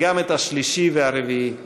וגם את השלישי והרביעי.